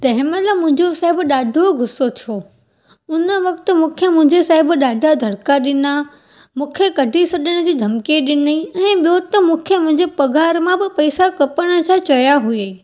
तंहिं महिल मुंहिंजो साहिब ॾाढो गुसो थियो हुन वक़्ति मूंखे मुंहिंजे साहिब ॾाढा दड़का ॾिना मूंखे कढी छॾण जी धमकी ॾिनई ऐं ॿियों त मूंखे मुंहिंजी पगार मां ब पैसा कटण जा चयां हुयईं